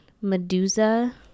Medusa